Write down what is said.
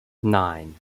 nine